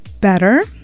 better